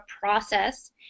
process